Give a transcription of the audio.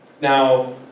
Now